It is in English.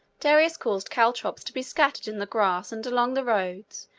darius caused caltrops to be scattered in the grass and along the roads,